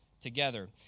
together